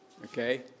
Okay